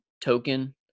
token